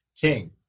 King